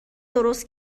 درست